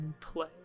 play